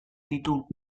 ditu